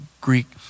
Greek